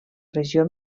regió